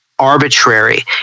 arbitrary